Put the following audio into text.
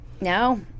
No